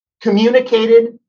communicated